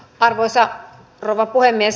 arvoisa rouva puhemies